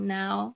now